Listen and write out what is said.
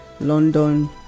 London